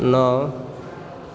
नओ